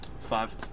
Five